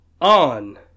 On